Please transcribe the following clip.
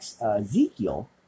Ezekiel